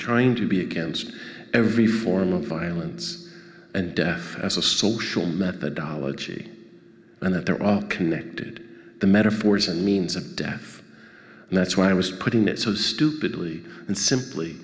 trying to be against every form of violence and death as a social methodology and that there are connected the metaphors and means of death and that's why i was putting it so stupidly and simply